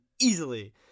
easily